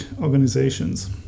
organizations